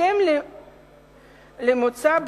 בהתאם למוצע,